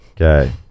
Okay